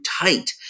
tight